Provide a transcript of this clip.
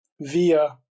via